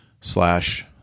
slash